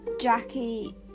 Jackie